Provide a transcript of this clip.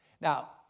Now